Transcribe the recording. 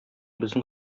безнең